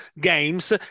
games